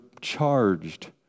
charged